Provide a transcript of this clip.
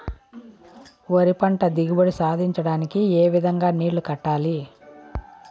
వరి పంట దిగుబడి సాధించడానికి, ఏ విధంగా నీళ్లు కట్టాలి?